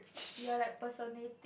you are like personae